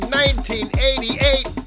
1988